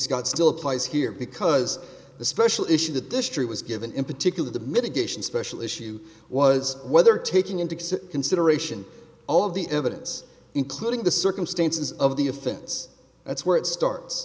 scott still applies here because the special issue that this tree was given in particular the mitigation special issue was whether taking into consideration all of the evidence including the circumstances of the offense that's where it starts